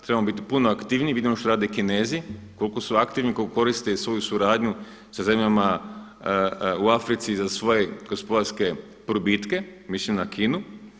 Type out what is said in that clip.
Trebamo biti puno aktivniji, vidimo što rade Kinezi koliko su aktivni, koliko koriste svoju suradnju sa zemljama u Africi i za svoje gospodarske probitke, mislim na Kinu.